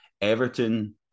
Everton